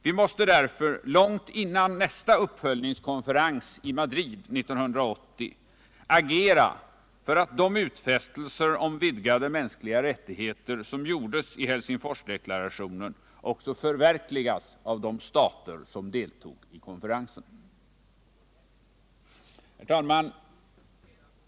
Vi måste därför långt före nästa uppföljningskonferens i Madrid 1980 agera för att de utfästelser om vidgade mänskliga rättigheter som gjordes i Helsingforsdeklarationen också förverkligas av de stater som deltog i konferensen. 2 Herr talman!